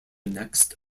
next